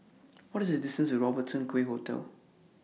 What IS The distance to Robertson Quay Hotel